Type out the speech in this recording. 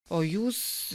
o jūs